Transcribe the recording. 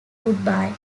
goodbye